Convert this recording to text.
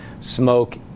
smoke